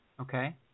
Okay